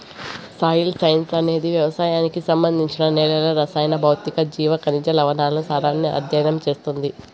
soil science అనేది వ్యవసాయానికి సంబంధించి నేలల రసాయన, భౌతిక, జీవ, ఖనిజ, లవణాల సారాన్ని అధ్యయనం చేస్తుంది